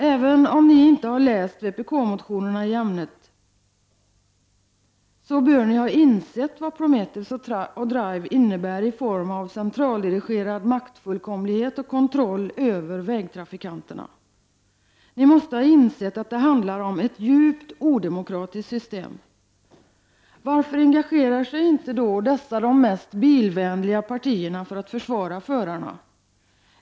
Även om ni inte har läst motionerna i ämnet bör ni ha insett vad Prometheus och Drive innebär i form av centraldirigerad maktfullkomlighet och kontroll över vägtrafikanterna. Ni måste ha insett att det handlar om ett djupt odemokratiskt system. Varför engagerar sig då inte dessa de mest bilvänliga partierna för att försvara förarna?